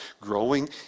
growing